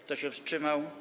Kto się wstrzymał?